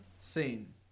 seen